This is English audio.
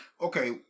Okay